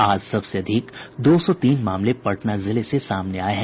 आज सबसे अधिक दो सौ तीन मामले पटना जिले से सामने आये हैं